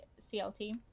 CLT